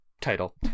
title